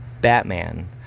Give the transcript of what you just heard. Batman